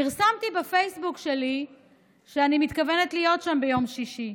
פרסמתי בפייסבוק שלי שאני מתכוונת להיות שם ביום שישי.